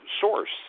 source